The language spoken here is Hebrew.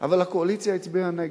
אבל הקואליציה הצביעה נגד.